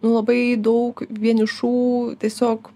nu labai daug vienišų tiesiog